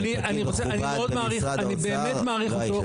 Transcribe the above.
אני מאוד, אני באמת מעריך אותו.